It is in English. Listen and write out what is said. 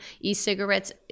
e-cigarettes